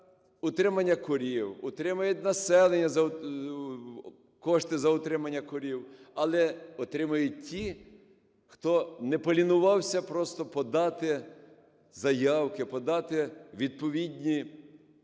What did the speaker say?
утримання корів, отримує населення кошти за утримання корів, але отримують ті, хто не полінувався просто подати заявки, подати відповідні